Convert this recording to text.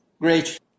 Great